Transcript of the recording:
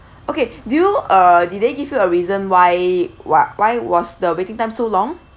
okay do you uh did they give you a reason why why why was the waiting time so long